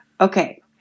Okay